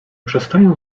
przestają